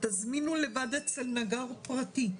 תזמינו נגר פרטי.